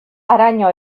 haraino